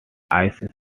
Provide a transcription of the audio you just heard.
ice